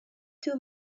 too